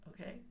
Okay